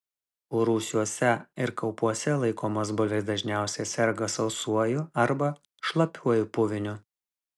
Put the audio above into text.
rūsiuose ir kaupuose laikomos bulvės dažniausiai serga sausuoju arba šlapiuoju puviniu